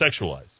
sexualized